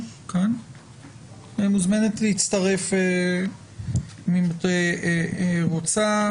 וכמובן חשובה לנו כאן גם עמדת הסנגוריה הציבורית,